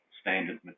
standard